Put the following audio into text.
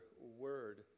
word